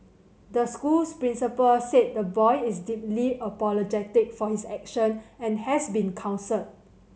the school principal said the boy is deeply apologetic for his action and has been counselled